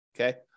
Okay